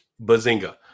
Bazinga